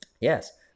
Yes